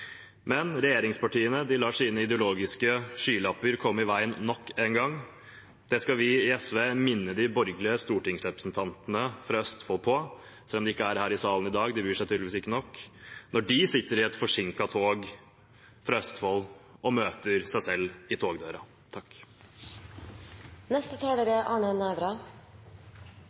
Men regjeringspartiene lar sine ideologiske skylapper komme i veien nok en gang. Det skal vi i SV minne de borgerlige stortingsrepresentantene fra Østfold på – selv om de ikke er her i salen i dag, de bryr seg tydeligvis ikke nok – når de sitter på et forsinket tog fra Østfold og møter seg selv i togdøra. Forslaget som er